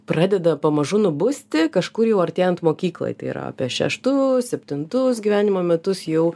pradeda pamažu nubusti kažkur jau artėjant mokyklai tai yra apie šeštus septintus gyvenimo metus jau